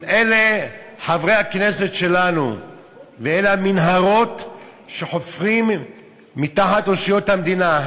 אם אלה חברי הכנסת שלנו ואם אלה המנהרות שחופרים מתחת אושיות המדינה,